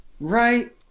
Right